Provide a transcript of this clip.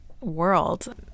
world